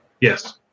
Yes